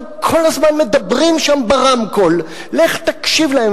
אבל כל הזמן מדברים שם ברמקול, לך תקשיב להם.